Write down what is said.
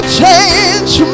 change